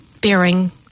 bearing